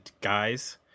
guys